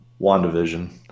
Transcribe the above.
wandavision